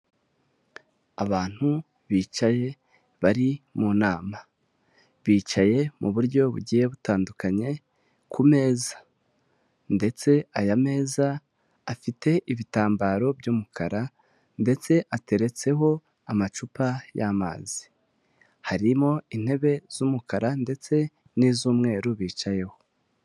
Abantu bicaye bari mu nama bicaye muburyo bugiye butandukanye, ku meza ndetse aya meza afite ibitambaro by'umukara ndetse ateretseho amacupa y'amazi, harimo intebe z'umukara ndetse ni iz'umweru bicayeho.